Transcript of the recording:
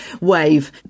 wave